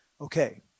Okay